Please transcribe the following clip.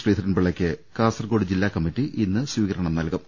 ശ്രീധരൻപി ള്ളയ്ക്ക് കാസർകോട് ജില്ലാ കമ്മിറ്റി ഇന്ന് സ്ഥീകരണം നൽകും